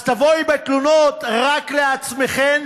אז תבואו בתלונות רק לעצמכם.